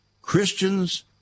Christians